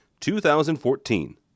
2014